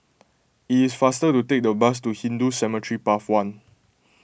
it is faster to take the bus to Hindu Cemetery Path one